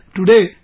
today